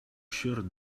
sure